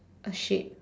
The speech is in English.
A shape